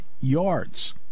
yards